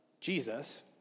Jesus